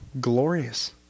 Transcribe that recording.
glorious